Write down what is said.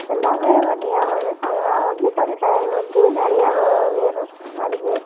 எல்லாமே பண்ணி ஆகணும் அதனால் வந்து கொஞ்சம் டைம் வந்து நிறையா வேணும் அதுக்கு